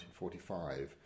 1945